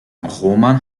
roman